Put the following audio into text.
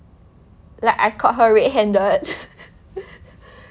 like I caught her red handed